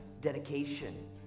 dedication